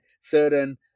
certain